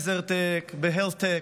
ב-Desertech, ב-Health Tech,